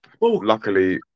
luckily